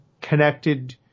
connected